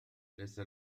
ليس